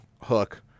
Hook